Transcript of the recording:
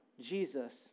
Jesus